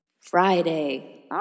Friday